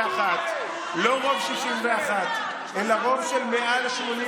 רגע, תן להם לראות מה קורה למעלה.